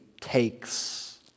takes